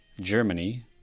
Germany